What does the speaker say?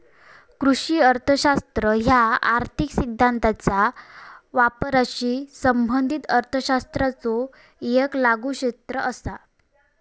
कृषी अर्थशास्त्र ह्या आर्थिक सिद्धांताचा वापराशी संबंधित अर्थशास्त्राचो येक लागू क्षेत्र असा